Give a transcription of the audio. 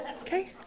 okay